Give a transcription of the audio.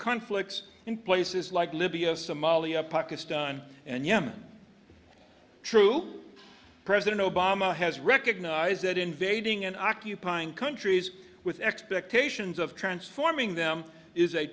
conflicts in places like libya somalia pakistan and yemen troops president obama has recognized that invading and occupying countries with expectations of transforming them is a